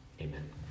Amen